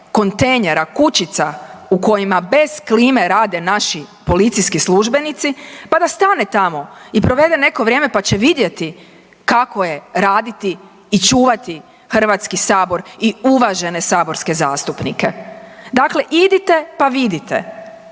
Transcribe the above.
kontejnera, kućica u kojima bez klime rade naši policijski službenici, pa da stane tamo i provede neko vrijeme pa će vidjeti kako je raditi i čuvati HS i uvažene saborske zastupnike, dakle idite pa vidite.